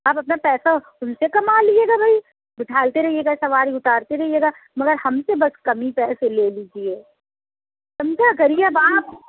آپ اپنا پیسہ اُن سے کما لیجیے گا بھائی بٹھاتے رہیے گا سواری اُتارتے رہیے گا مگر ہم سے آپ کم ہی پیسے لے لیجیے سمجھا کریے اب آپ